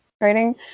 writing